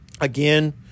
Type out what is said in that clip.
Again